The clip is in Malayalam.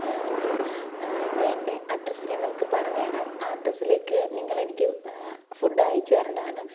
ഞാനാണെങ്കിൽ ഇപ്പോൾ എൻ്റെ അഡ്രസ്സ് ഞാൻ നിങ്ങൾക്ക് പറഞ്ഞു തരാം ആ അഡ്രസ്സിലേയ്ക്ക് നിങ്ങളെനിക്ക് ഫുഡ് അയച്ചു തരേണ്ടതാണ്